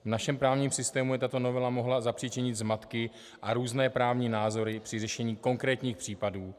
V našem právním systému by tato novela mohla zapříčinit zmatky a různé právní názory při řešení konkrétních případů.